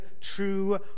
true